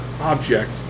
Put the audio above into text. object